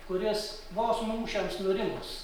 kuris vos mūšiams nurimus